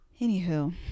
Anywho